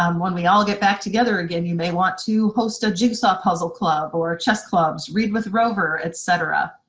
um when we all get back together again you may want to host a jigsaw puzzle club or chess clubs, read with rover, et cetera.